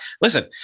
listen